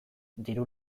diru